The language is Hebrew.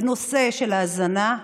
בנושא של ההזנה,